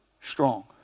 strong